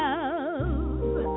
love